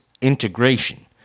integration